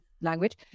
language